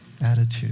attitude